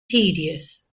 tedious